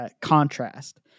Contrast